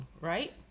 right